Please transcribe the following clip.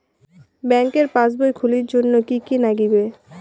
ব্যাঙ্কের পাসবই খুলির জন্যে কি কি নাগিবে?